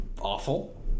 awful